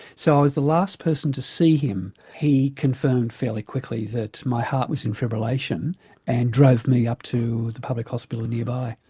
so i was the last person to see him. he confirmed fairly quickly that my heart was in fibrillation and drove me up to the public hospital nearby.